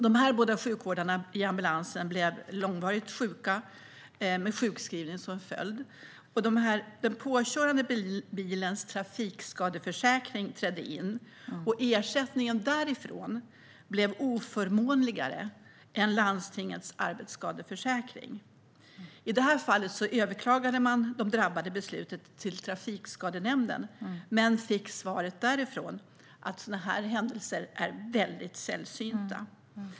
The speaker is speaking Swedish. De båda ambulanssjukvårdarna blev långvarigt sjuka med sjukskrivning som följd. Den påkörande bilens trafikskadeförsäkring trädde in, men ersättningen därifrån blev oförmånligare än landstingets arbetsskadeförsäkring. I detta fall överklagade de drabbade beslutet till Trafikskadenämnden men fick svaret därifrån att sådana här händelser är sällsynta.